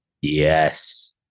Yes